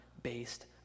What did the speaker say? based